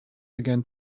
began